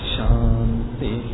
Shanti